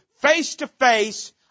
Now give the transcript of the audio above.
face-to-face